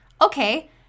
Okay